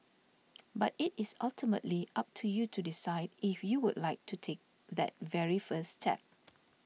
but it is ultimately up to you to decide if you would like to take that very first step